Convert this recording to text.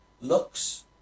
looks